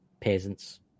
peasants